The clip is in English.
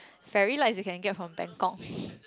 fairy lights you can get from Bangkok